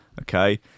okay